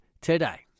today